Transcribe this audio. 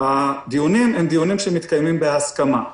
אלה דיונים שמתקיימים בהסכמה.